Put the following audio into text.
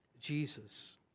Jesus